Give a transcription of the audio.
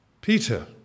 Peter